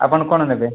ଆପଣ କଣ ନେବେ